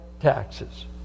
taxes